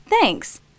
thanks